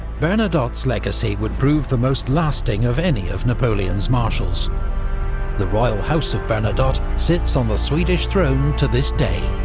bernadotte's legacy would prove the most lasting of any of napoleon's marshals the royal house of bernadotte sits on the swedish throne to this day.